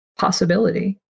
possibility